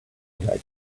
that